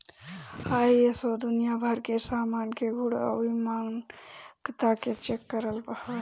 ISO दुनिया भर के सामान के गुण अउरी मानकता के चेक करत हवे